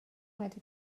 wedi